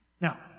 Now